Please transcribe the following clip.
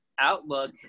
outlook